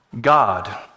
God